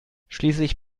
schließlich